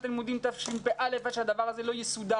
הלימודים תשפ"א עד שהדבר הזה לא יסודר.